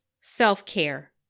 self-care